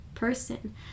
person